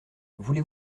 voulez